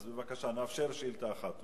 אז בבקשה, נאפשר שאילתא אחת.